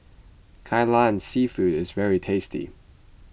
Kai Lan Seafood is very tasty